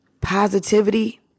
positivity